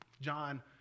John